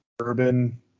Urban